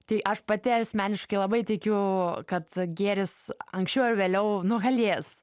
tai aš pati asmeniškai labai tikiu kad gėris anksčiau ar vėliau nugalės